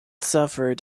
suffered